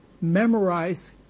memorize